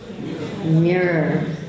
mirror